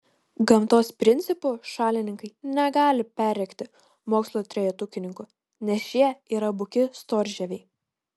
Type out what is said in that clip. gamtos principų šalininkai negali perrėkti mokslo trejetukininkų nes šie yra buki storžieviai